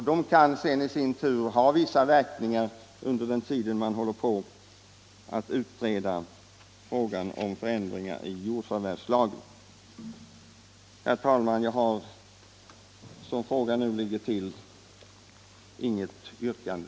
De kan sedan i sin tur ha vissa verkningar under den tid man utreder frågan om förändringar i jordförvärvslagen. Herr talman! Såsom frågan nu ligger till har jag inget yrkande.